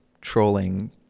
trolling